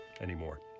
anymore